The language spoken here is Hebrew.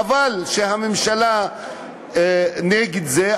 חבל שהממשלה נגד זה.